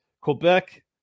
Quebec